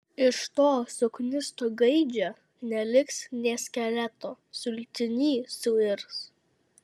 iš to suknisto gaidžio neliks nė skeleto sultiny suirs